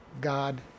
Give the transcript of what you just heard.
God